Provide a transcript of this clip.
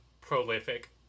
prolific